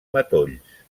matolls